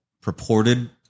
purported